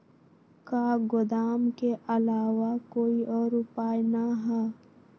का गोदाम के आलावा कोई और उपाय न ह?